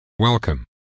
Welcome